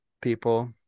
people